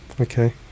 Okay